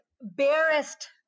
barest